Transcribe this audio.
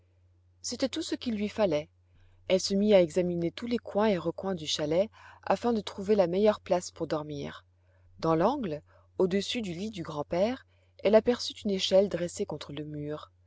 c'était tout ce qu'il lui fallait elle se mit à examiner tous les coins et recoins du chalet afin de trouver la meilleure place pour dormir dans l'angle au-dessus du lit du grand-père elle aperçut une échelle dressée contre le mur